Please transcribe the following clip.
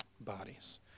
bodies